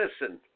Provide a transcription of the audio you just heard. listen